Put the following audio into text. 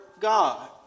God